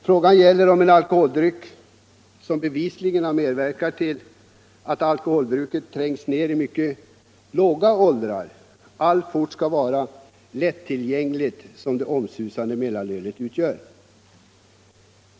Frågan gäller om en al koholdryck, som bevisligen medverkat till att alkoholbruket trängt ner i mycket låga åldrar, alltfort skall vara så lättillgänglig som det omsusade mellanölet är.